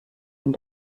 und